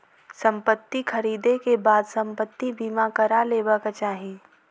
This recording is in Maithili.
संपत्ति ख़रीदै के बाद संपत्ति बीमा करा लेबाक चाही